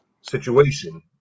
situation